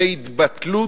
זה התבטלות,